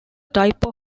type